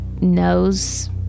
knows